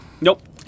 Nope